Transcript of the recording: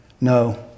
No